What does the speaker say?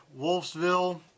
Wolfsville